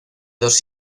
dos